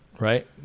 right